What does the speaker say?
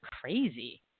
crazy